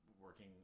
working –